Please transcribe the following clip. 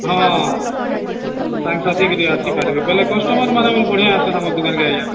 ହଁ ସାଙ୍ଗ ସାାଥି କରି ଆସିପାରବେ ବଲେ କଷ୍ଟମର ମାନେ ବି ବଢ଼ିଆ ଆସ ନମ ଦୋକାନକେ ଆଜ୍ଞା